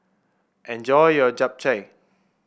enjoy your Japchae